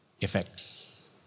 effects